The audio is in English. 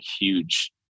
huge